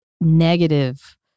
negative